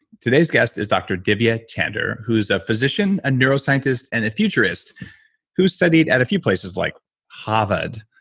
today's guest is dr. divya chander who's a physician, a neuroscientist and a futurist who studied at a few places like harvard,